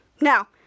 now